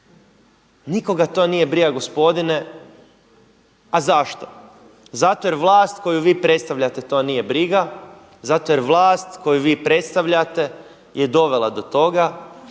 Nikoga to nije briga gospodine a zašto? Zato jer vlast koju vi predstavljate to nije briga, zato jer vlast koju vi predstavljate je dovela do toga.